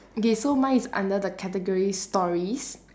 okay so mine is under the categories stories